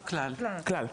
כלל.